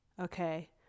okay